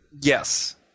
Yes